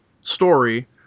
story